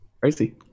crazy